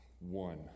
One